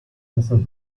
besser